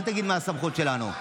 אל תגיד מה הסמכות שלנו.